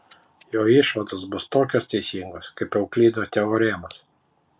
jo išvados bus tokios teisingos kaip euklido teoremos